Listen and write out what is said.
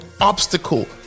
obstacle